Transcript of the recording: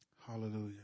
hallelujah